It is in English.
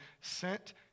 sent